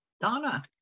Donna